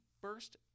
first